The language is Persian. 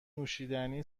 نوشیدنی